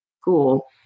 school